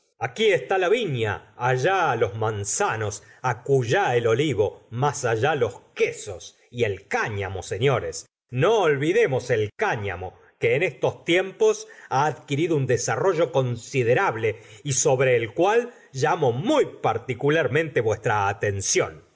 aquí está la viña allá los manzanos acullá el olivo más allá los quesos y el cáñamo setiores no olvidemos el cáñamo que en estos tiem la seszora d bovary pos ha adquirido un desarrollo considerable y sobre el cual llamo muy particularmente vuestra atención